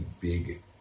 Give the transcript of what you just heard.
big